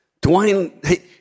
Dwayne